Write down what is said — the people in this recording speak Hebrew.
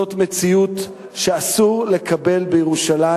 זו מציאות שאסור לקבל בירושלים.